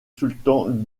sultan